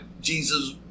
jesus